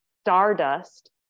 stardust